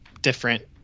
different